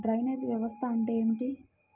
Drainage వ్యవస్థ అంటే ఏమిటి?